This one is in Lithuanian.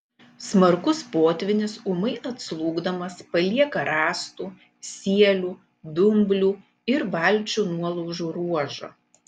smarkus potvynis ūmiai atslūgdamas palieka rąstų sielių dumblių ir valčių nuolaužų ruožą